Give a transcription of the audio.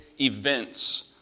events